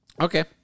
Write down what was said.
Okay